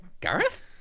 Gareth